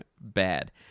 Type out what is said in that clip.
Bad